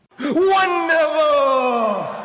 wonderful